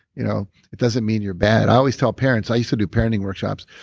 you know it doesn't mean you're bad. i always tell parents. i used to do parenting workshops.